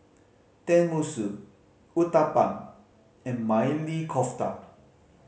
Tenmusu Uthapam and Maili Kofta